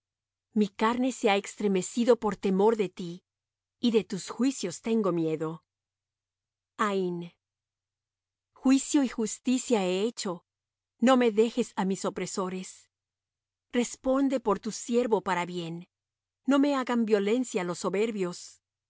mi carne se ha extremecido por temor de ti y de tus juicios tengo miedo juicio y justicia he hecho no me dejes á mis opresores responde por tu siervo para bien no me hagan violencia los soberbios